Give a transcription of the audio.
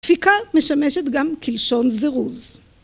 ‫דפיקה משמשת גם כלשון זירוז.